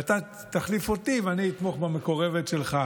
ואתה תחליף אותי ואני אתמוך במקורבת שלך,